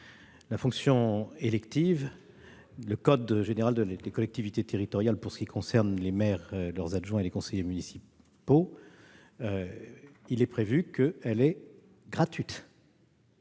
la fonction élective. Le code général des collectivités territoriales prévoit, pour ce qui concerne les maires, leurs adjoints et les conseillers municipaux, que la fonction élective est gratuite.